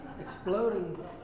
exploding